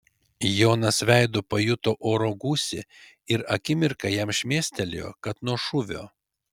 jonas veidu pajuto oro gūsį ir akimirką jam šmėstelėjo kad nuo šūvio